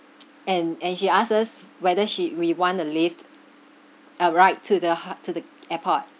and and she ask us whether she we want a lift a ride to the ha~ to the airport